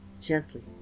gently